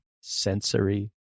sensory